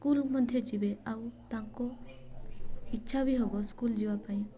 school ମଧ୍ୟ ଯିବେ ଆଉ ତାଙ୍କୁ ଇଚ୍ଛା ବି ହେବ ସ୍କୁଲ୍ ଯିବା ପାଇଁ